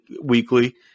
weekly